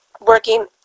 working